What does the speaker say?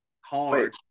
hard